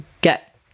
get